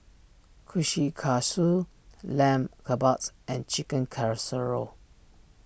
Kushikatsu Lamb Kebabs and Chicken Casserole